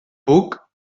puc